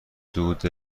دود